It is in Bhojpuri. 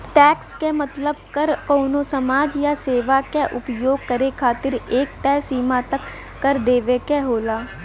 टैक्स क मतलब कर कउनो सामान या सेवा क उपभोग करे खातिर एक तय सीमा तक कर देवे क होला